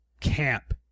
camp